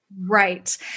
Right